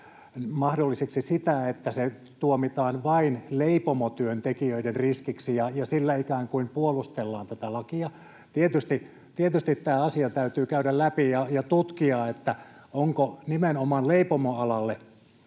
mahdollisena sitä, että se tuomitaan vain leipomotyöntekijöiden riskiksi ja sillä ikään kuin puolustellaan tätä lakia. Tietysti tämä asia täytyy käydä läpi ja tutkia, onko nimenomaan leipomoalalla